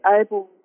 able